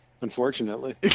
Unfortunately